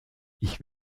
ich